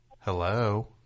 Hello